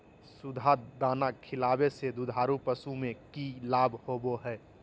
सुधा दाना खिलावे से दुधारू पशु में कि लाभ होबो हय?